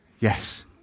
Yes